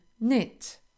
Knit